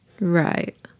Right